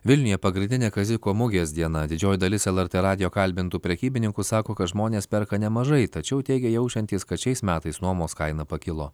vilniuje pagrindinė kaziuko mugės diena didžioji dalis lrt radijo kalbintų prekybininkų sako kad žmonės perka nemažai tačiau teigė jaučiantys kad šiais metais nuomos kaina pakilo